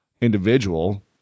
individual